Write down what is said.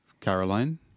Caroline